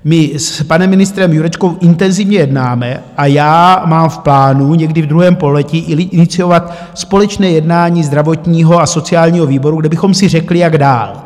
My s panem ministrem Jurečkou intenzivně jednáme a já mám v plánu někdy v druhém pololetí iniciovat společné jednání zdravotního a sociálního výboru, kde bychom si řekli, jak dál.